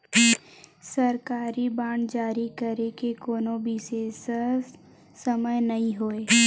सरकारी बांड जारी करे के कोनो बिसेस समय नइ होवय